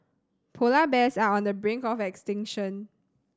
polar bears are on the brink of extinction